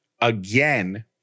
again